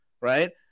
right